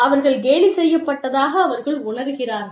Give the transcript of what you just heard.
அவர்கள் கேலி செய்யப்பட்டதாக அவர்கள் உணர்கிறார்கள்